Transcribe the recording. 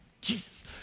Jesus